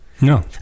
No